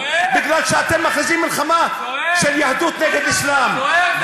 בגלל שאתם מכריזים מלחמה של יהדות נגד אסלאם,